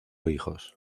hijos